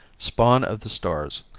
spawn of the stars,